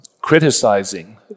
criticizing